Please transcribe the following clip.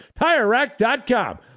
TireRack.com